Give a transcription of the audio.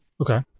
okay